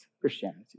Christianity